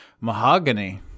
Mahogany